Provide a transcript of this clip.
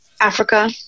Africa